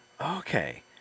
Okay